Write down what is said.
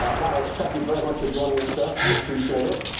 ah larry, thank you very much for joining us, sir. we appreciate it.